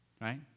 Right